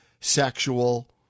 sexual